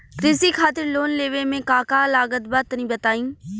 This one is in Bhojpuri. कृषि खातिर लोन लेवे मे का का लागत बा तनि बताईं?